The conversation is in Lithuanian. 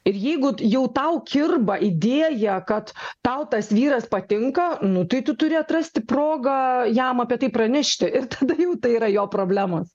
ir jeigu jau tau kirba idėja kad tau tas vyras patinka nu tai tu turi atrasti progą jam apie tai pranešti ir tada jau tai yra jo problemos